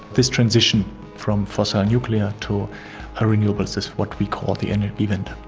this transition from fossil and nuclear to ah renewables is what we call the energiewende.